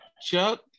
Chuck